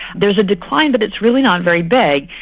there is a decline but it's really not very big.